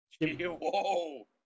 Whoa